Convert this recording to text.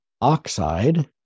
oxide